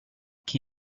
che